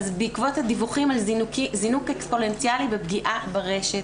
אז בעקבות הדיווחים על זינוק אקספוננציאלי בפגיעה ברשת.